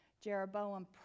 Jeroboam